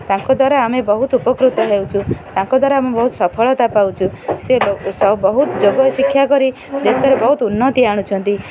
ତାଙ୍କ ଦ୍ୱାରା ଆମେ ବହୁତ ଉପକୃତ ହେଉଛୁ ତାଙ୍କ ଦ୍ୱାରା ଆମେ ବହୁତ ସଫଳତା ପାଉଛୁ ସେ ବହୁତ ଯୋଗ ଶିକ୍ଷା କରି ଦେଶରେ ବହୁତ ଉନ୍ନତି ଆଣୁଛନ୍ତି